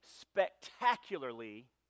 spectacularly